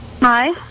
hi